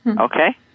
Okay